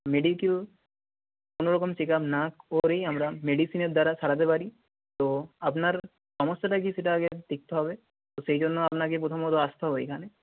pedicure কোনো রকম check up না করেই আমরা মেডিসিনের দ্বারা সারাতে পারি তো আপনার সমস্যাটা কী সেটা আগে দেখতে হবে তো সেই জন্য আপনাকে প্রথমত আসতে হবে এইখানে